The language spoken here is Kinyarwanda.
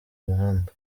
muhanda